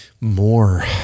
more